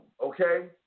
okay